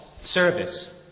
service